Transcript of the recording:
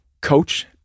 coach